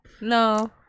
No